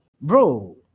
Bro